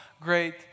great